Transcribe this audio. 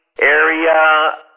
area